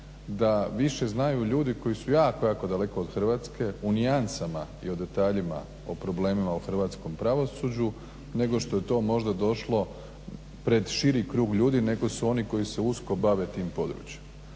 da više znaju ljudi koji su jako, jako daleko od Hrvatske, u nijansama i o detaljima o problemima u hrvatskom pravosuđu nego što je to možda došlo pred širi krug ljudi nego su oni koji se usko bave tim područjem.